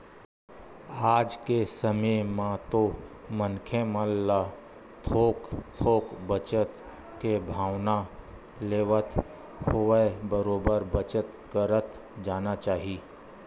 आज के समे म तो मनखे मन ल थोक थोक बचत के भावना लेवत होवय बरोबर बचत करत जाना चाही